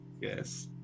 yes